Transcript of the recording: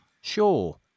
sure